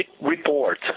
report